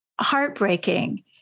heartbreaking